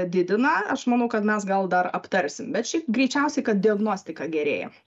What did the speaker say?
didina aš manau kad mes gal dar aptarsim bet šiaip greičiausiai kad diagnostika gerėja